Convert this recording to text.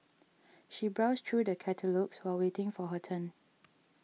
she browsed through the catalogues while waiting for her turn